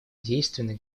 действенной